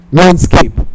landscape